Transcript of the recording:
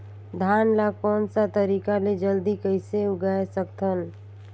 धान ला कोन सा तरीका ले जल्दी कइसे उगाय सकथन?